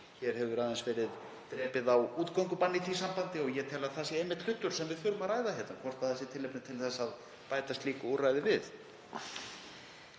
Hér hefur aðeins verið drepið á útgöngubann í því sambandi og ég tel að það sé einmitt hlutur sem við þurfum að ræða hérna, hvort tilefni sé til að bæta slíku úrræði við.